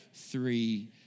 three